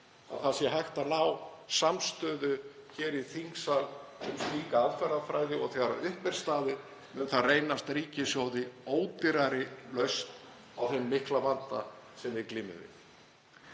að hægt sé að ná samstöðu hér í þingsal um slíka aðferðafræði. Þegar upp er staðið mun það reynast ríkissjóði ódýrari lausn á þeim mikla vanda sem við glímum við.